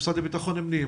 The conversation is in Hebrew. המשרד לביטחון פנים,